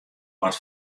wat